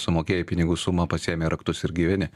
sumokėjai pinigų sumą pasiėmei raktus ir gyveni